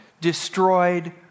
destroyed